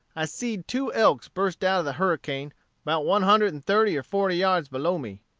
i seed two elks burst out of the harricane about one hundred and thirty or forty yards below me.